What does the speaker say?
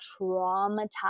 traumatized